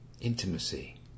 Intimacy